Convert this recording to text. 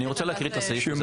אני רוצה להקריא את הסעיף הזה,